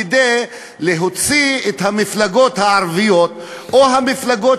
כדי להוציא את המפלגות הערביות או המפלגות